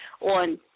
on